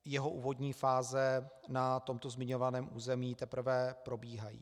Jeho úvodní fáze na tomto zmiňovaném území teprve probíhají.